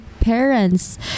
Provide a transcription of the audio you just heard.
parents